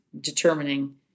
determining